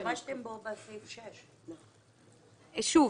אבל השתמשתם פה בסעיף 6. שוב,